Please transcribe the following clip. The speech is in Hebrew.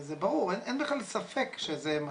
זה ברור, אין בכלל ספק, אבל